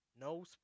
no